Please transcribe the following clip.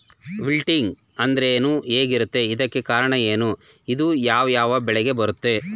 Wilting ಅಂದ್ರೇನು? ಹೆಗ್ ಆಗತ್ತೆ? ಇದಕ್ಕೆ ಕಾರಣ ಏನು? ಇದು ಯಾವ್ ಯಾವ್ ಬೆಳೆಗೆ ಬರುತ್ತೆ?